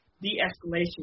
de-escalation